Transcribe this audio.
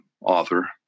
author